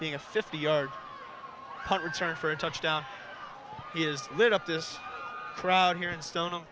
being a fifty yard punt return for a touchdown he has lit up this crowd here in stone